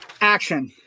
action